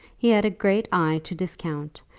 he had a great eye to discount,